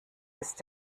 ist